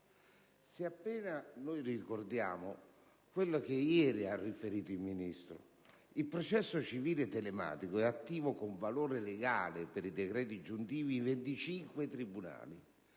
Dobbiamo ricordare ciò che ieri ha riferito il Ministro: il processo civile telematico è attivo con valore legale per i decreti ingiuntivi in 25 tribunali,